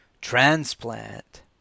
transplant